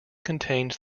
contained